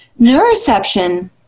Neuroception